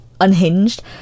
unhinged